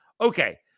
Okay